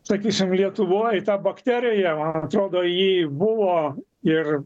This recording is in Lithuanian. sakysim lietuvoj ta bakterija man atrodo ji buvo ir